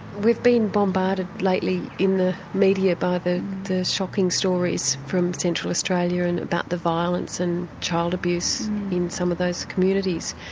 we've been bombarded lately in the media by the the shocking stories from central australia and about the violence and child abuse in some of those communities.